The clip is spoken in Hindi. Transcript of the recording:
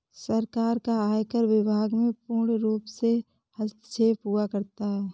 सरकार का आयकर विभाग में पूर्णरूप से हस्तक्षेप हुआ करता है